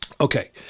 Okay